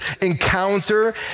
encounter